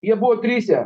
jie buvo tryse